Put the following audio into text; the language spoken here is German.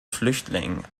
flüchtling